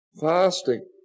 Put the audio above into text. fasting